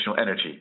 energy